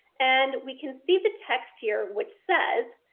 and we can see the text here which says,